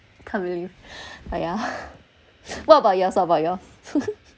probably but yeah what about yours what about yours